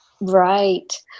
Right